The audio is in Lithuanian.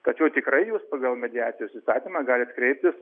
tačiau tikrai jūs pagal mediacijos įstatymą galit kreiptis